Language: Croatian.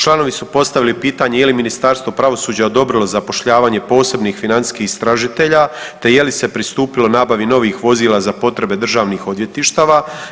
Članovi su postavili je li Ministarstvo pravosuđa odobrilo zapošljavanje posebnih financijskih istražitelja, te je li se pristupilo nabavi novih vozila za potrebe Državnih odvjetništava?